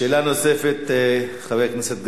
שאלה נוספת, חבר הכנסת גפני.